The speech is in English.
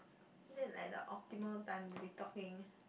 this is like the optimal time to be talking